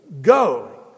Go